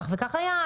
כך וכך היה,